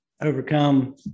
overcome